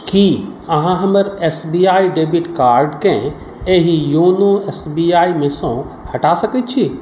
की अहाँ हमर S B I debit कार्डकेँ एहि योनो एस बी आई मेसँ हटा सकैत छी